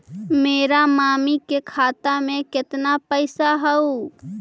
मेरा मामी के खाता में कितना पैसा हेउ?